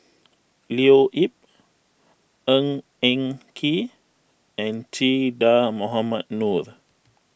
Leo Yip Ng Eng Kee and Che Dah Mohamed Noor